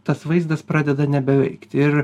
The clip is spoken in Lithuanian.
tas vaizdas pradeda nebeveikti ir